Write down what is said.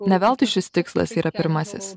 ne veltui šis tikslas yra pirmasis